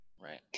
Right